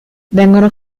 vengono